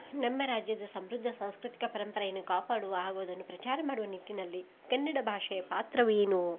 ನಮ್ಮ ರಾಜ್ಯದ ಸಮೃದ್ಧ ಸಾಂಸ್ಕೃತಿಕ ಪರಂಪರೆಯನ್ನು ಕಾಪಾಡುವ ಹಾಗೂ ಅದನ್ನು ಪ್ರಚಾರ ಮಾಡುವ ನಿಟ್ಟಿನಲ್ಲಿ ಕನ್ನಡ ಭಾಷೆಯ ಪಾತ್ರವು ಏನು